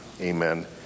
Amen